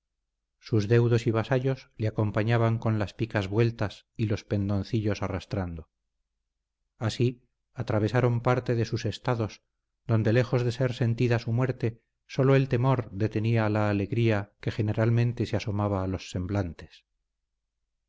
sus deudos y vasallos le acompañaban con las picas vueltas y los pendoncillos arrastrando así atravesaron parte de sus estados donde lejos de ser sentida su muerte sólo el temor detenía la alegría que generalmente se asomaba a los semblantes